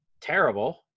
terrible